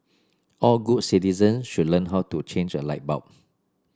all good citizen should learn how to change a light bulb